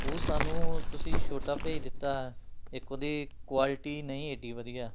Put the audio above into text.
ਉਹ ਸਾਨੂੰ ਤੁਸੀਂ ਛੋਟਾ ਭੇਜ ਦਿੱਤਾ ਇੱਕ ਉਹਦੀ ਕੁਆਲਿਟੀ ਨਹੀਂ ਏਡੀ ਵਧੀਆ